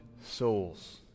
souls